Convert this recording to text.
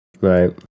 Right